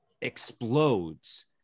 explodes